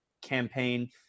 campaign